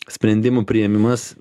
sprendimų priėmimas